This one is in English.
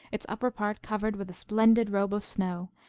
its upper part covered with a splendid robe of snow,